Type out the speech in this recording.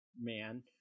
man